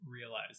realize